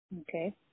Okay